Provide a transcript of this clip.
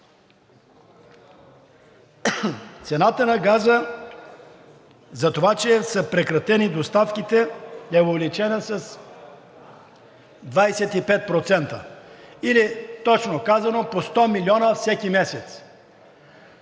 Цената на газа за това, че са прекратени доставките, е увеличена с 25%, или точно казано, по 100 милиона всеки месец